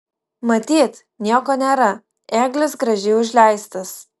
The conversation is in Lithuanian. matyt nieko nėra ėglis gražiai užleistas